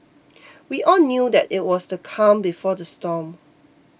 we all knew that it was the calm before the storm